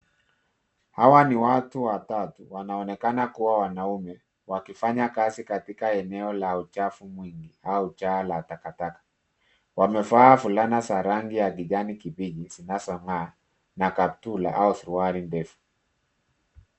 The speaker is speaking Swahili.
Hawa ni watu watatu wanaonekana kua wanaume wakifanya kazi katika eneo la uchafu mwingi au chaa la takataka, wamevaa fulana za rangi ya kijani kibichi zinazongaa na kaptula au suruali ndefu.